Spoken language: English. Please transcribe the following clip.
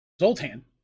Zoltan